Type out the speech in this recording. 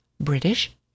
British